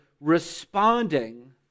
responding